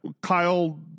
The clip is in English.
Kyle